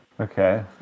Okay